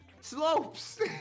Slopes